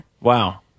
Wow